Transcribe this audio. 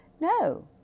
No